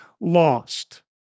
lost